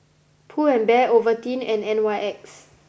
Pull and Bear Ovaltine and N Y X